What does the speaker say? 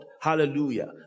Hallelujah